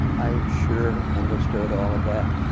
i sure understood all of that.